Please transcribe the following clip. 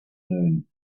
noon